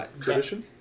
tradition